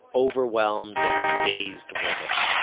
overwhelmed, and dazed woman.